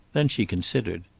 then she considered.